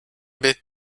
bit